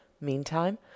Meantime